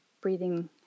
breathing